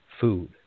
food